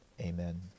Amen